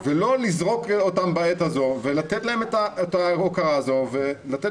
ולא לזרוק אותם בעת הזו ולתת להם את ההוקרה הזו ולתת